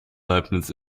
leibniz